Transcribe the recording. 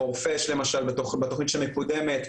חורפיש למשל בתוכנית שמקודמת,